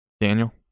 daniel